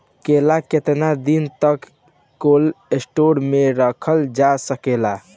केला केतना दिन तक कोल्ड स्टोरेज में रखल जा सकेला?